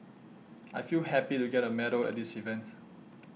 I feel happy to get a medal at this event